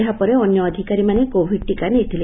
ଏହାପରେ ଅନ୍ୟ ଅଧିକାରୀମାନେ କୋଭିଡ୍ ଟିକା ନେଇଥିଲେ